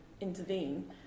intervene